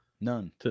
None